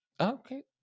Okay